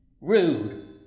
Rude